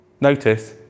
Notice